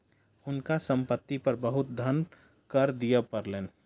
हुनका संपत्ति पर बहुत धन कर दिअ पड़लैन